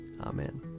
Amen